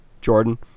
Jordan